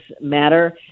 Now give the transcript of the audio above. matter